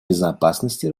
безопасности